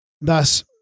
Thus